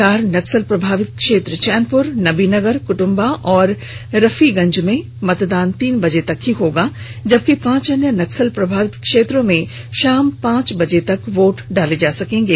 चार नक्सल प्रभावित क्षेत्र चैनपुर नबीनगर कृतम्बा और रफीगंज में मतदान तीन बजे तक ही होगा जबकि पांच अन्य नक्सल प्रभावित क्षेत्रों में शाम पांच बजे तक वोट डाले जायेंगे